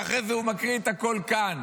ואחרי זה הוא מקריא את הכול כאן,